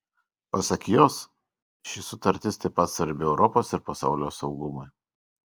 pasak jos ši sutartis taip pat svarbi europos ir pasaulio saugumui